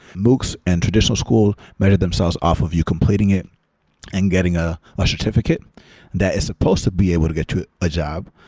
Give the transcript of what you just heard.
moocs and traditional school measure themselves off of you completing it and getting a ah certificate that is supposed to be able to get a job.